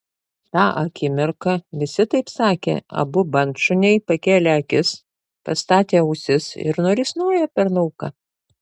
tą akimirką visi taip sakė abu bandšuniai pakėlė akis pastatė ausis ir nurisnojo per lauką